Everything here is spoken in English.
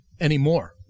anymore